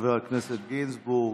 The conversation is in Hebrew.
לחבר הכנסת גינזבורג.